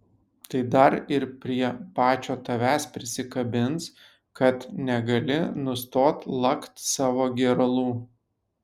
tai dar ir prie pačio tavęs prisikabins kad negali nustot lakt savo gėralų